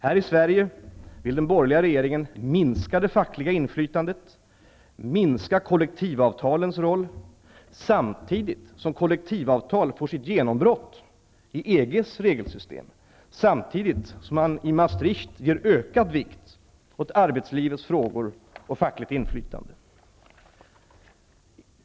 Här i Sverige vill den borgerliga regeringen minska det fackliga inflytandet, minska kollektivavtalens roll, samtidigt som kollektivavtal får sitt genombrott i EG:s regelsystem och samtidigt som man i Maastricht ger ökad vikt åt arbetslivsfrågor och fackligt inflytande.